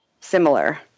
similar